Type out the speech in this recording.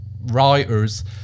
writers